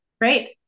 Great